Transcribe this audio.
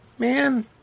Man